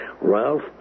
Ralph